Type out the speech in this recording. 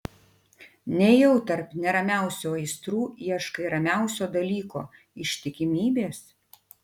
nejau tarp neramiausių aistrų ieškai ramiausio dalyko ištikimybės